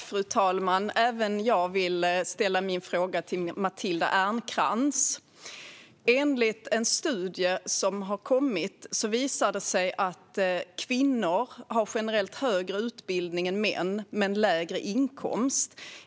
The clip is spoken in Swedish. Fru talman! Även jag vill ställa min fråga till Matilda Ernkrans. Enligt en studie som har kommit har kvinnor generellt högre utbildning än män men lägre inkomst.